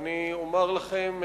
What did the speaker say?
ואני אומר לכם,